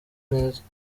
neza